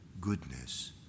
goodness